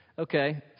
Okay